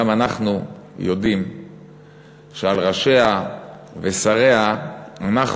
גם אנחנו יודעים שעל ראשיה ושריה אנחנו,